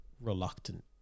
reluctant